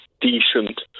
decent